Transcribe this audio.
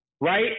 right